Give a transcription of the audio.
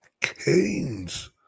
Keynes